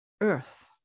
earth